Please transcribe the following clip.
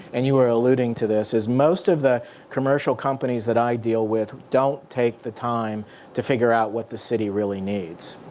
and you were alluding to this. is most of the commercial companies that i deal with don't take the time to figure out what the city really needs.